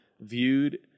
viewed